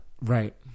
Right